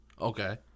okay